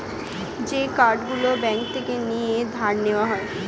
যে কার্ড গুলো ব্যাঙ্ক থেকে নিয়ে ধার নেওয়া যায়